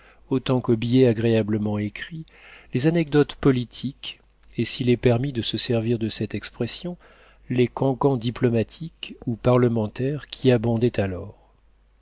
autant qu'aux billets agréablement écrits les anecdotes politiques et s'il est permis de se servir de cette expression les cancans diplomatiques ou parlementaires qui abondaient alors